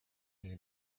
nii